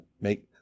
make